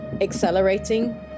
accelerating